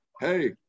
hey